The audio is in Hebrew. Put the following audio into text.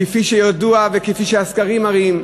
כפי שידוע, וכפי שהסקרים מראים,